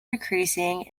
decreasing